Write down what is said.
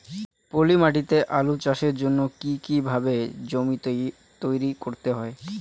পলি মাটি তে আলু চাষের জন্যে কি কিভাবে জমি তৈরি করতে হয়?